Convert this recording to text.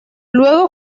luego